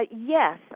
Yes